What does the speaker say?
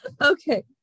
okay